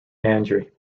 andre